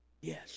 Yes